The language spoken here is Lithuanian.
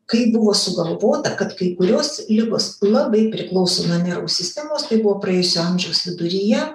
kai buvo sugalvota kad kai kurios ligos labai priklauso nuo nervų sistemos tai buvo praėjusio amžiaus viduryje